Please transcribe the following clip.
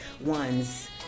ones